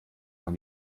man